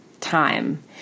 time